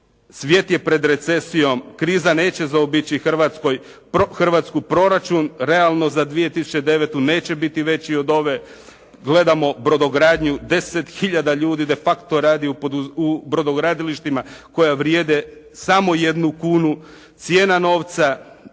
Svijet je pred recesijom, kriza neće zaobići Hrvatsku. Proračun realno za 2009. neće biti veći od ove. Gledamo brodogradnju 10 hiljada ljudi de facto radi u brodogradilištima koja vrijede samo jednu kunu. Cijena novca